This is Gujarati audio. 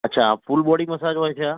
અચ્છા ફૂલ બોડી મસાજ હોય છે આ